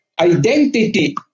identity